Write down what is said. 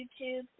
YouTube